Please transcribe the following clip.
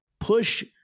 Push